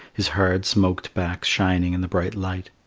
his hard smoked back shining in the bright light.